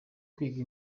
kwiga